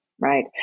right